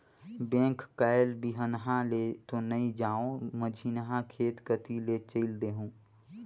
bank कायल बिहन्हा ले तो नइ जाओं, मझिन्हा खेत कति ले चयल देहूँ